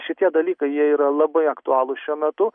šitie dalykai jie yra labai aktualūs šiuo metu